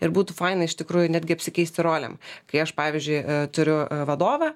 ir būtų faina iš tikrųjų netgi apsikeisti rolėm kai aš pavyzdžiui turiu vadovą